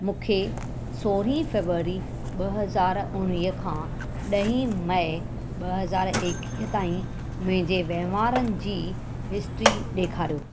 मूंखे सोरहीं फेबररी ॿ हज़ार उणिवीह खां ॾहीं मेय ॿ हज़ार एकवीह ताईं मुंहिंजे वहिंवारनि जी हिस्ट्री ॾेखारियो